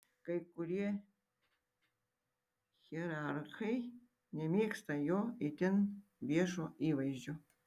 kai kurie hierarchai nemėgsta jo itin viešo įvaizdžio